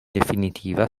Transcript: definitiva